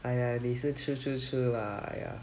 !aiya! 你是吃吃吃 lah !aiya!